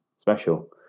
special